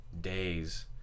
days